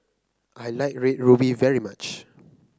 I like Red Ruby very much